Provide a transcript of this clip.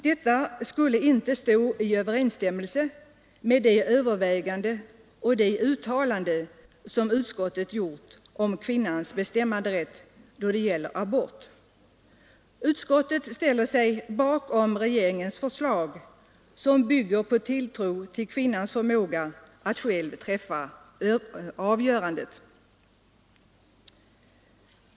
Detta skulle inte stå i överensstämmelse med de överväganden och de uttalanden som utskottet gjort om kvinnans bestämmanderätt då det gäller abort. Utskottet ställer sig bakom regeringens förslag, som bygger på tilltro till kvinnans förmåga att själv träffa avgörandet.